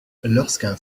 lorsqu’un